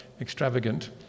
extravagant